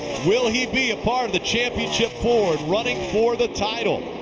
will he be a part of the championship four and running for the title?